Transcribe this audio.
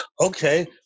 Okay